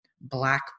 black